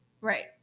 right